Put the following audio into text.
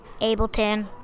ableton